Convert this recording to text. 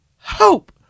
Hope